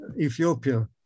Ethiopia